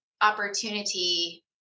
opportunity